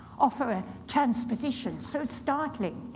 offer a transposition so startling?